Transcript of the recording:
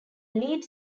lead